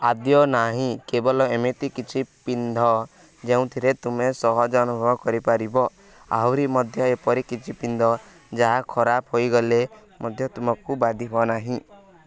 ଆଦ୍ୟ ନାହିଁ କେବଳ ଏମିତି କିଛି ପିନ୍ଧ ଯେଉଁଥିରେ ତୁମେ ସହଜ ଅନୁଭବ କରିପାରିବ ଆହୁରି ମଧ୍ୟ ଏପରି କିଛି ପିନ୍ଧ ଯାହା ଖରାପ ହୋଇଗଲେ ମଧ୍ୟ ତୁମକୁ ବାଧିବ ନାହିଁ